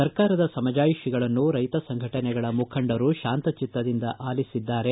ಸರ್ಕಾರದ ಸಮಜಾಯಿಷಗಳನ್ನು ರೈತ ಸಂಘಟನೆಗಳ ಮುಖಂಡರು ಶಾಂತಚಿತ್ತದಿಂದ ಆಲಿಸಿದ್ದಾರೆ